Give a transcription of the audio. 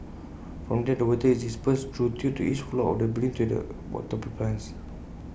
from there the water is dispersed through tubes to each floor of the building to water the plants